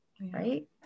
right